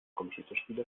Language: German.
computerspiele